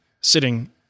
sitting